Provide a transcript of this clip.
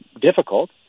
difficult